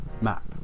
map